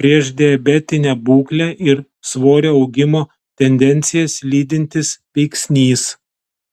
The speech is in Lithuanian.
priešdiabetinę būklę ir svorio augimo tendencijas lydintis veiksnys